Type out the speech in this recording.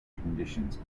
conditions